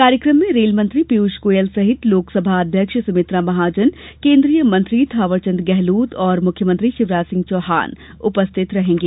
कार्यक्रम में रेल मंत्री पीयूष गोयल सहित लोकसभा अध्यक्ष सुमित्रा महाजन केन्द्रीय मंत्री थावरचन्द्र गेहलोत और मुख्यमंत्री शिवराज सिंह चौहान उपस्थित रहेंगे